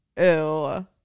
Ew